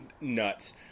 nuts